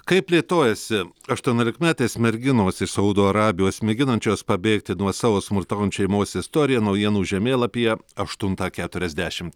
kaip plėtojasi aštuoniolikmetės merginos iš saudo arabijos mėginančios pabėgti nuo savo smurtaujanč šeimos istorija naujienų žemėlapyje aštuntą keturiasdešimt